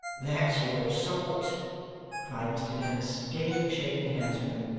that's your sort cried mr dennis, gaily shaking hands with him,